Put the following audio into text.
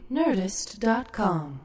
nerdist.com